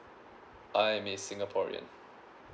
I'm a singaporean